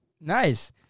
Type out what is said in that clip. Nice